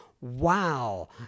wow